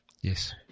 Yes